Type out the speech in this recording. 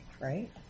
right